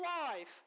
life